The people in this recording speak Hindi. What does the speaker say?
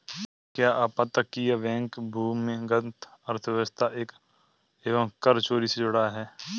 क्या अपतटीय बैंक भूमिगत अर्थव्यवस्था एवं कर चोरी से जुड़ा है?